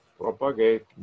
propagate